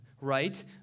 right